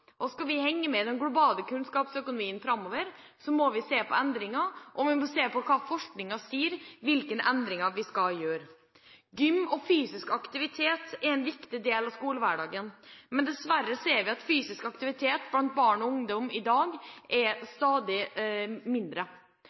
kunnskap. Skal vi henge med i den globale kunnskapsøkonomien framover, må vi se på endringer, og vi må se på hva forskningen sier om hvilke endringer vi skal gjøre. Gym og fysisk aktivitet er en viktig del av skolehverdagen, men dessverre ser vi at fysisk aktivitet blant barn og ungdom i dag er